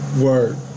Word